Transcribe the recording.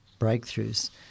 breakthroughs